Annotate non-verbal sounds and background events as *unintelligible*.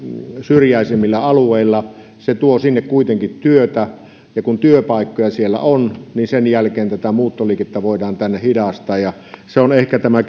syrjäisemmillä alueilla se tuo sinne kuitenkin työtä ja kun työpaikkoja siellä on niin sen jälkeen tätä muuttoliikettä tänne voidaan hidastaa se on ehkä tämä *unintelligible*